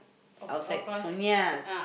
outside Sonia